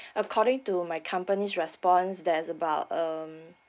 according to my company's response that's about um